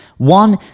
One